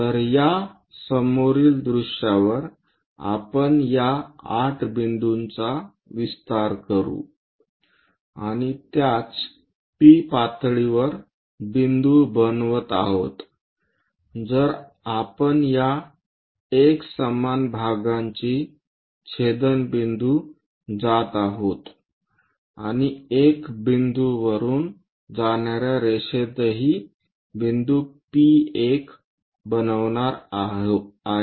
तर या समोरील दृश्यावर आपण या 8 बिंदूचा विस्तार करू आणि त्याच P पातळीवर बिंदू बनवत आहोत जर आपण या 1 समान भागाची छेदनबिंदू जात आहोत आणि 1 बिंदू वरून जाणाऱ्या रेषेतही बिंदू P1 बनवणार आहे